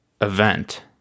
event